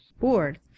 board